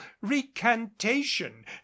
recantation